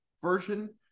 version